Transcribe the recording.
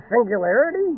singularity